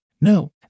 No